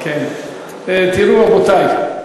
תראו, רבותי,